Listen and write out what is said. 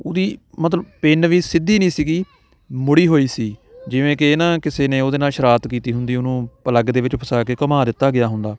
ਉਹਦੀ ਮਤਲਬ ਪਿੰਨ ਵੀ ਸਿੱਧੀ ਨਹੀਂ ਸੀਗੀ ਮੁੜੀ ਹੋਈ ਸੀ ਜਿਵੇਂ ਕਿ ਨਾ ਕਿਸੇ ਨੇ ਉਹਦੇ ਨਾਲ ਸ਼ਰਾਰਤ ਕੀਤੀ ਹੁੰਦੀ ਉਹਨੂੰ ਪਲੱਗ ਦੇ ਵਿੱਚ ਫਸਾ ਕੇ ਘੁਮਾ ਦਿੱਤਾ ਗਿਆ ਹੁੰਦਾ